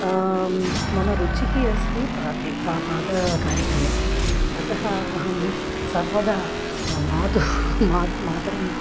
मम रुचिः अस्ति पाके प पाककार्यक्रमे अतः अहं सर्वदा मातुः मातुः मातरं